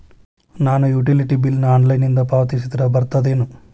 ನಾನು utility bill ನ ಆನ್ಲೈನಿಂದ ಪಾವತಿಸಿದ್ರ ಬರ್ತದೇನು?